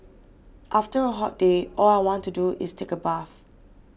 after a hot day all I want to do is take a bath